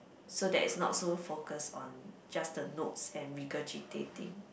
so that it's not so focused on just the notes and regurgitating